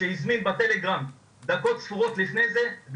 שהזמין בטלגרם דקות ספורות לפני זה,